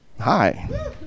Hi